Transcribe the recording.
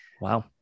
Wow